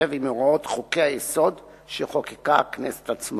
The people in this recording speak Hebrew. מתיישב עם הוראות חוקי-היסוד שחוקקה הכנסת עצמה.